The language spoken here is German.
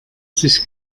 sich